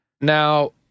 Now